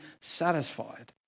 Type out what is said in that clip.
satisfied